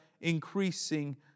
increasing